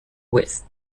wits